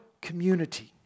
community